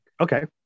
Okay